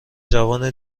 جوان